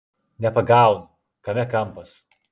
nepagaunu kame kampas